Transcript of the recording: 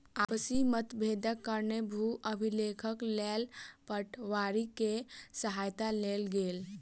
आपसी मतभेदक कारणेँ भू अभिलेखक लेल पटवारी के सहायता लेल गेल